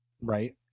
Right